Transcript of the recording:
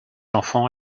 enfant